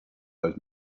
those